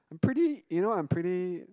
pretty you know I'm pretty